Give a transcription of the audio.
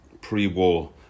pre-war